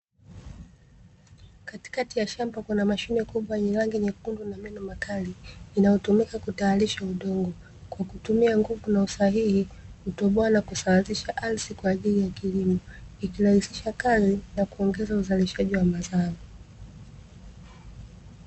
Katikati ya shamba kuna mashine kubwa yenye rangi nyekundu na meno makali, inayotumika kutayarisha udongo. Kwa kutumia nguvu na usahihi, hutoboa na kusawazisha arshi kwa ajili ya kilimo, ikirahisisha kazi na kuongeza uzalishaji wa mazao.